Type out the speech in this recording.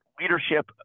leadership